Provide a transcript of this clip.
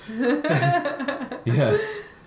yes